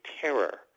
terror